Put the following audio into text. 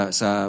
sa